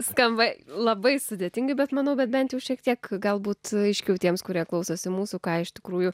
skamba labai sudėtingai bet manau kad bent jau šiek tiek galbūt aiškiau tiems kurie klausosi mūsų ką iš tikrųjų